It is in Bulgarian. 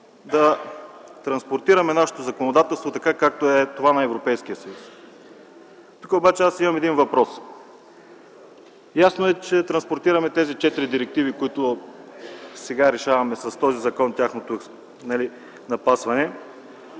да транспонираме нашето законодателство така, както е това на Европейския съюз. Тук обаче имам един въпрос. Ясно е, че транспонираме тези четири директиви и с този закон решаваме тяхното напасване,